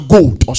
Gold